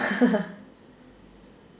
hahaha